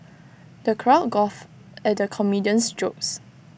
the crowd guffawed at the comedian's jokes